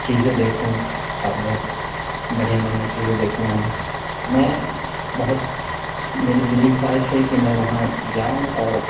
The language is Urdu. چیزیں دیکھوں اور بہت بڑھیاں بڑھیاں چیزیں دیکھوں وہاں میں بہت میری دلی خواہش ہے کہ میں وہاں جاؤں اور